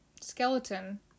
Skeleton